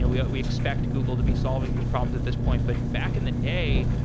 ah we we expect google to be solving these problems at this point, but back in the day,